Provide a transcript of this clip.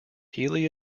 healey